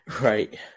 right